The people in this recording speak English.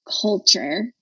culture